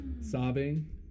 Sobbing